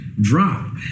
drop